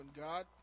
God